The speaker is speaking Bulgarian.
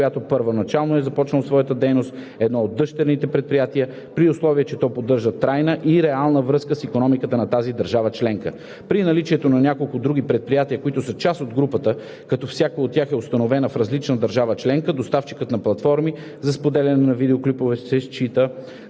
която първоначално е започнало своята дейност едно от дъщерните предприятия, при условие че то поддържа трайна и реална връзка с икономиката на тази държава членка. При наличието на няколко други предприятия, които са част от групата, като всяко от тях е установено в различна държава членка, доставчикът на платформи за споделяне на видеоклипове се счита